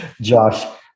Josh